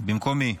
במקום יסמין.